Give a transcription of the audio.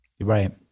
Right